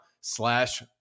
slash